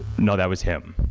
no that was him.